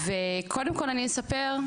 וקודם כל אני אספר,